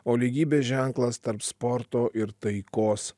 o lygybės ženklas tarp sporto ir taikos